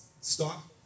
Stop